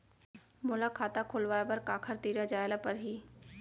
मोला खाता खोलवाय बर काखर तिरा जाय ल परही?